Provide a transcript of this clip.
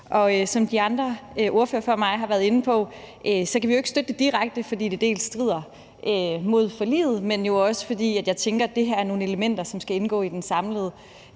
Og som de andre ordførere før mig har været inde på, kan vi ikke støtte det direkte, både fordi det strider mod forliget, men også fordi jeg tænker, at det her er nogle elementer, der skal indgå i den samlede